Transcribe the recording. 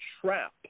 trap